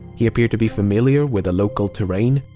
he appeared to be familiar with the local terrain.